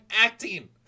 acting